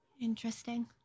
Interesting